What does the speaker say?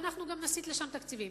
אנחנו גם נסיט לשם תקציבים.